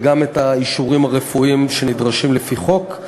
וגם את האישורים הרפואיים שנדרשים לפי חוק.